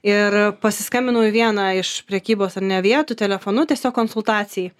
ir pasiskambinau į vieną iš prekybos ar ne vietų telefonu tiesiog konsultacijai